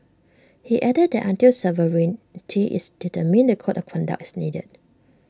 he added that until sovereignty is determined the code of conduct is needed